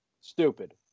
stupid